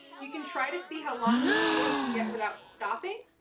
you can try to see how long of a peel you can get without stopping.